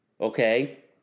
Okay